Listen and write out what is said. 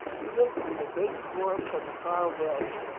he lives in the great forests of the far west,